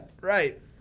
right